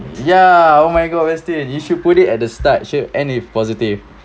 ya oh my god westin you should put it at the start should end with positive